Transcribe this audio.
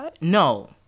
no